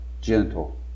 gentle